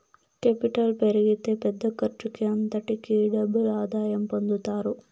capital పెరిగితే పెద్ద ఖర్చుకి అంతటికీ డబుల్ ఆదాయం పొందుతారు